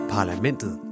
Parlamentet